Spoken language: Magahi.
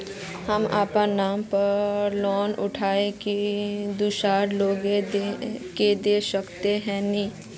हम अपना नाम पर लोन उठा के दूसरा लोग के दा सके है ने